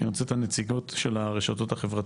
כי אני רוצה את הנציגות של הרשתות החברתיות,